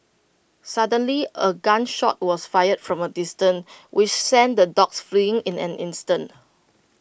suddenly A gun shot was fired from A distance which sent the dogs fleeing in an instant